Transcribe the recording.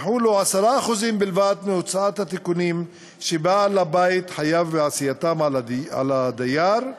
יחולו 10% בלבד מהוצאות התיקונים שבעל-הבית חייב בעשייתם על הדייר,